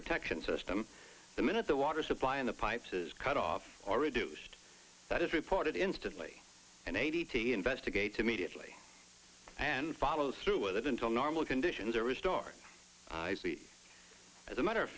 protection system the minute the water supply in the pipes is cut off or reduced that is reported instantly and a d t investigates immediately and follow through with it until normal conditions are restored b as a matter of